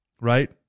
right